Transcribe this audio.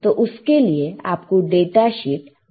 तो उसके लिए आपको डाटा शीट देखना होगा